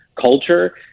culture